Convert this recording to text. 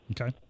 Okay